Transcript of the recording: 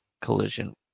collision